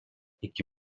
iki